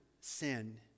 sin